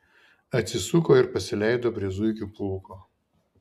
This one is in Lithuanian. atsisuko ir pasileido prie zuikių pulko